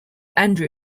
andrew